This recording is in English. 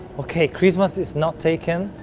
okay, christmas has not taken,